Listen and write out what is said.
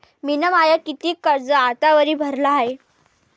मिन माय कितीक कर्ज आतावरी भरलं हाय?